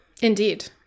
Indeed